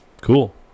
cool